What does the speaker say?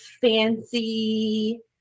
fancy